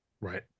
Right